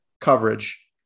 coverage